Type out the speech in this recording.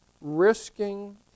risking